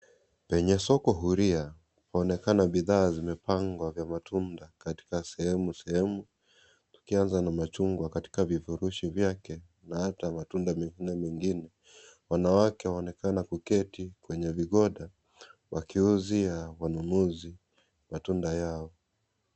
Penye soko huria, paonekana bidhaa zimepangwa vya matunda katika sehemu sehemu ukianza na machungwa katika vifurushi vyake na hata matunda mekundu mengine. Wanawake waonekana kuketi kwenye vigonda wakiuzia wanunuzi matunda yao.